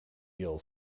you’ll